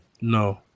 No